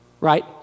right